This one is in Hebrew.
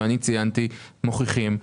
ואני ציינתי מוכיחים,